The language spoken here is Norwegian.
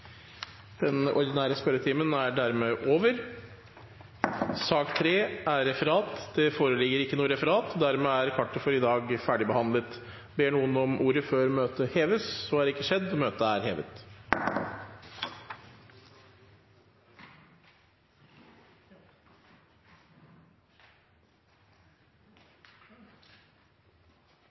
Den ordinære spørretimen er dermed over. Det foreligger ikke noe referat. Dermed er kartet for i dag ferdigbehandlet. Ber noen om ordet før møtet heves? – Så er ikke skjedd, og møtet er hevet.